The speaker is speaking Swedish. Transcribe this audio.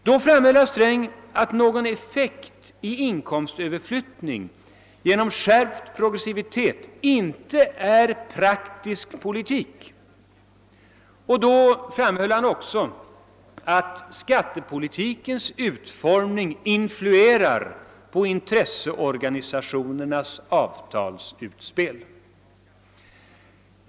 Då framhöll herr Sträng att någon effekt i fråga om inkomstöverflyttning genom skärpt progressivitet inte är praktisk politik, och då framhöll herr Sträng också att skattepolitikens utformning influerar på intresseorganisationernas avtalsutspel.